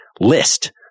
list